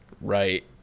right